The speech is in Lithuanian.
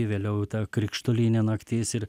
vėliau ta krikštolinė naktis ir